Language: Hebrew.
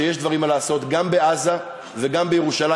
שיש מה לעשות גם בעזה וגם בירושלים,